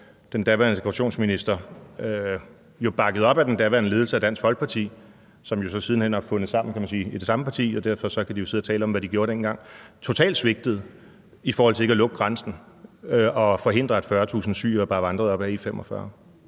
den daværende integrationsminister jo bakket op af den daværende ledelse af Dansk Folkeparti, som jo så siden hen har fundet sammen, kan man så sige, i det samme parti, og derfor kan de jo så sidde og tale om, hvad de gjorde dengang, svigtede totalt i forhold til ikke at lukke grænsen og forhindre, at 40.000 syrere bare vandrede op ad E45.